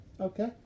Okay